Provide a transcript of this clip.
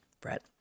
Brett